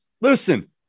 listen